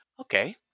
Okay